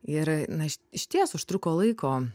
ir na iš išties užtruko laiko